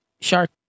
shark